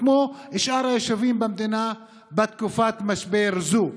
כמו בשאר היישובים במדינה בתקופת משבר זו.